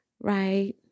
right